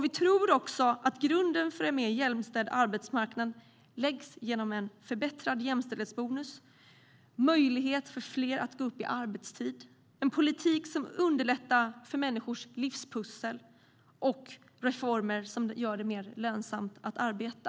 Vi tror också att grunden för en mer jämställd arbetsmarknad läggs genom en förbättrad jämställdhetsbonus, möjlighet för fler att gå upp i arbetstid, en politik som underlättar för människors livspussel och reformer som gör det mer lönsamt att arbeta.